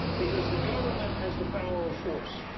because the government has the power of force.